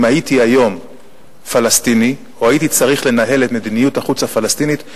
אם הייתי היום פלסטיני או הייתי צריך לנהל את מדיניות החוץ הפלסטינית,